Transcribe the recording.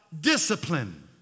discipline